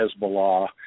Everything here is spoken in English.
Hezbollah